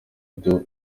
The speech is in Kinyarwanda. byo